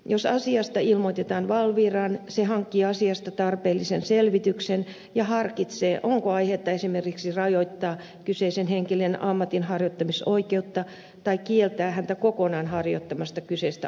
jos asiasta ilmoitetaan valviraan se hankkii asiasta tarpeellisen selvityksen ja harkitsee onko aihetta esimerkiksi rajoittaa kyseisen henkilön ammatinharjoittamisoikeutta tai kieltää häntä kokonaan harjoittamasta kyseistä ammattia